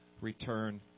return